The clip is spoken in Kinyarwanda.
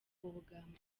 ubugambanyi